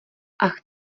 ach